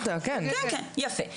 יפה.